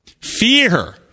Fear